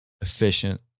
efficient